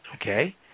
Okay